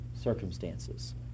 circumstances